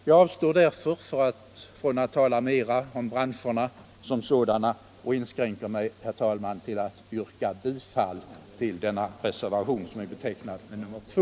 Jag avstår därför från att tala mera om branscherna som sådana och inskränker mig, herr talman, till att yrka bifall till reservationen 2.